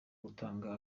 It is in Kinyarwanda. gutanga